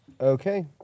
Okay